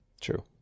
True